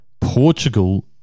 Portugal